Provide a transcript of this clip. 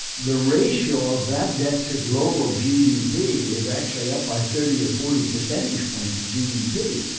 the ratio of that debt to global gdp is actually up by thirty or forty percentage points of gdp.